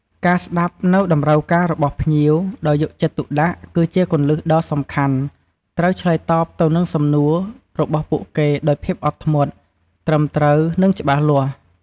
ការស្តាប់នូវតម្រូវការរបស់ភ្ញៀវ ដោយយកចិត្តទុកដាក់ គឺជាគន្លឹះដ៏សំខាន់ ត្រូវឆ្លើយតបទៅនឹងសំណួរ របស់ពួកគេដោយភាពអត់ធ្មត់ ត្រឹមត្រូវ និងច្បាស់លាស់។